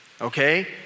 okay